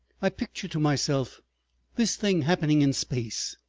i picture to myself this thing happening in space,